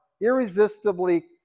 irresistibly